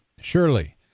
surely